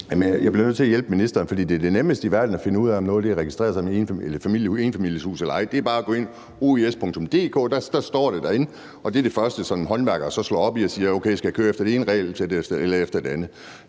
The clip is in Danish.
bliver nødt til at hjælpe ministeren, for det er det nemmeste i verden at finde ud af, om noget er registreret som et enfamilieshus eller ej. Det er bare at gå ind på OIS.dk, og der står det. Det er det første, som håndværkere slår op i for at finde ud af, om de skal køre efter det ene regelsæt eller efter det andet.